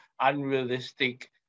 unrealistic